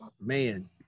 man